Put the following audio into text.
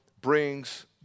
brings